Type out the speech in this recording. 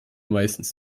meistens